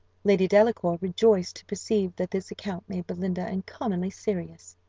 lady delacour rejoiced to perceive that this account made belinda uncommonly serious.